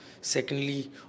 Secondly